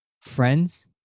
friends